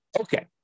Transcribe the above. Okay